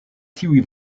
tiuj